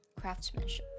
craftsmanship